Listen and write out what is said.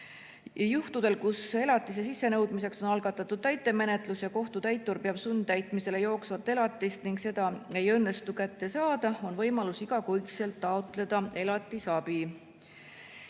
Juhtudel, kus elatise sissenõudmiseks on algatatud täitemenetlus ja kohtutäitur peab sundtäitmisele [võtma] jooksvat elatist ning seda ei õnnestu kätte saada, on võimalus igakuiselt taotleda elatisabi.